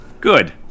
good